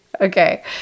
Okay